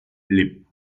les